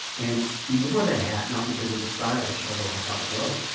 and he wore the hat not because it was stylish, although i thought it was,